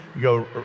go